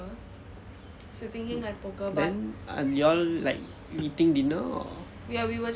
then are you all like eating dinner or